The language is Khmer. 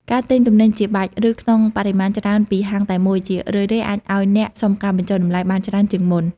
ការទិញទំនិញជាបាច់ ឬក្នុងបរិមាណច្រើនពីហាងតែមួយ ជារឿយៗអាចឱ្យអ្នកសុំការបញ្ចុះតម្លៃបានច្រើនជាងមុន។